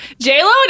J-Lo